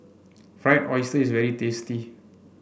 Fried Oyster is very tasty